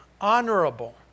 honorable